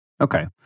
Okay